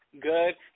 good